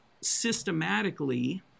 systematically